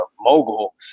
mogul